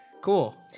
Cool